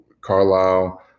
Carlisle